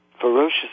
ferocious